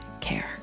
care